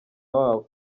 wabo